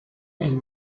elles